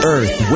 Earth